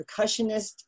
percussionist